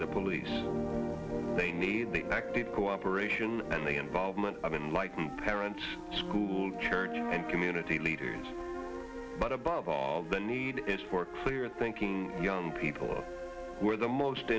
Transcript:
the police they need the active cooperation and the involvement of unlikely parents school church and community leaders but above all the need is for clear thinking young people who are the most